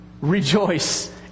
Rejoice